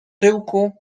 tyłku